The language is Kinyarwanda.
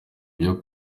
byo